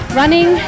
running